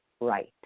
right